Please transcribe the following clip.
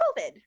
COVID